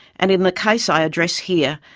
and in the case i address here,